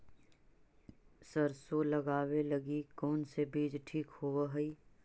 सरसों लगावे लगी कौन से बीज ठीक होव हई?